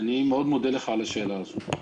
אני מאוד מודה לך על השאלה הזאת.